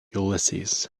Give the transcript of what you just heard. ulysses